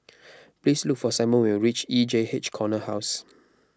please look for Simon when you reach E J H Corner House